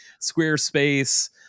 Squarespace